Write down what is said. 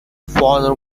father